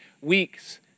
weeks